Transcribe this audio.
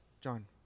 john